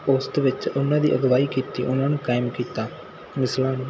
ਉਸ ਦੇ ਵਿੱਚ ਉਹਨਾਂ ਦੀ ਅਗਵਾਈ ਕੀਤੀ ਉਹਨਾਂ ਨੂੰ ਕਾਇਮ ਕੀਤਾ ਮਿਸਲਾਂ ਨੂੰ